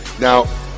Now